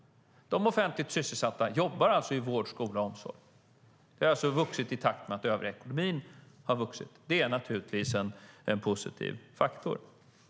De offentligt sysselsatta jobbar alltså i vård, skola och omsorg, och det har vuxit i takt med att den övriga ekonomin har vuxit. Det är naturligtvis en positiv faktor.